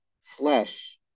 flesh